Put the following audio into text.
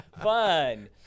Fun